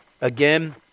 again